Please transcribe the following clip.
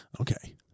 Okay